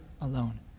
alone